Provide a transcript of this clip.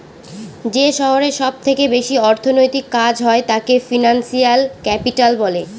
যে শহরে সব থেকে বেশি অর্থনৈতিক কাজ হয় তাকে ফিনান্সিয়াল ক্যাপিটাল বলে